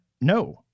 no